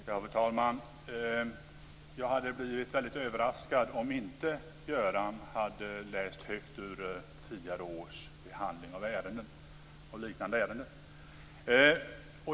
Fru talman! Jag hade blivit väldigt överraskad om Göran inte hade läst högt ur tidigare års behandling av liknande ärenden.